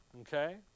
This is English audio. Okay